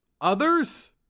others